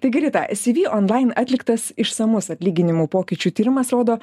taigi rita cv online atliktas išsamus atlyginimų pokyčių tyrimas rodo